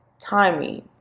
timing